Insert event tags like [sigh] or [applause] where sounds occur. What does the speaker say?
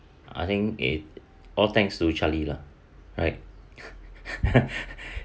I think it all thanks to charlie lah right [laughs]